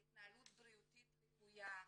ההתנהלות הבריאותית הלקויה,